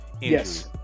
yes